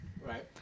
Right